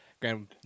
grand